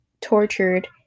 tortured